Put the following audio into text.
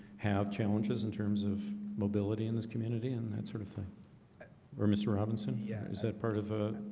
have challenges in terms of mobility in this community and that sort of thing or mr. robinson. yeah, is that part of ah